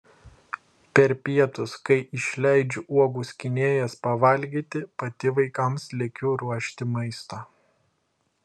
per pietus kai išleidžiu uogų skynėjas pavalgyti pati vaikams lekiu ruošti maisto